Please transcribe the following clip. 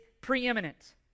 preeminent